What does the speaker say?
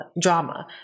Drama